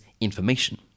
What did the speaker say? information